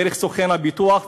דרך סוכן הביטוח,